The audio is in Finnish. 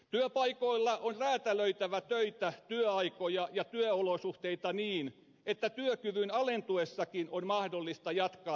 työpaikoilla on räätälöitävä töitä työaikoja ja työolosuhteita niin että työkyvyn alentuessakin on mahdollista jatkaa työelämässä